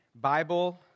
Bible